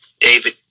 David